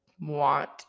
want